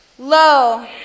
Low